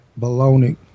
baloney